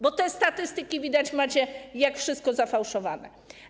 Bo te statystyki macie, jak wszystko, zafałszowane.